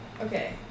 Okay